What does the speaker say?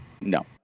no